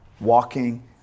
walking